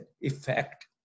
effect